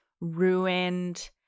ruined